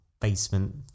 basement